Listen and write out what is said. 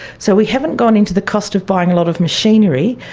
so we haven't gone into the cost of buying a lot of machinery,